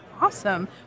Awesome